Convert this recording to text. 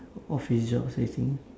office jobs I think